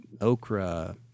okra